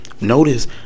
Notice